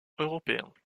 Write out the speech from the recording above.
européens